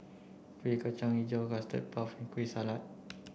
Kueh Kacang Hijau Custard Puff Kueh Salat